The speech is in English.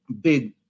big